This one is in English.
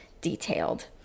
detailed